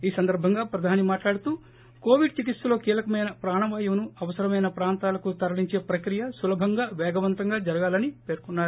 ఈ సందర్భంగా ప్రధాని మాట్లాడుతూ కోవడ్ చికిత్సలో కీలకమైన ప్రాణవాయువును అవసరమైన ప్రాంతాలకు తరలించే ప్రక్రియ సులభంగా వేగవంతంగా జరగాలని పేర్కొన్నారు